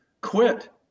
quit